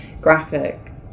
graphic